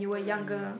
yeah yeah